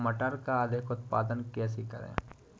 मटर का अधिक उत्पादन कैसे करें?